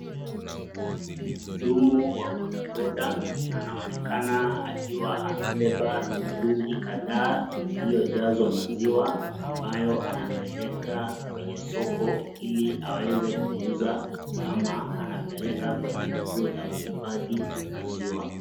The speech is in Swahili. Muhudumu wa bodaboda anaonekana akiwa amebeba mitungi kadhaa iliyojazwa maziwa ambayo anapeleka kwenye soko ili aweze kuuza, ama anapeleka kwenye kituo cha kuhifadhi maziwa.